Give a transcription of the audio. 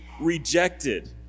rejected